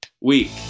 week